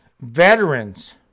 veterans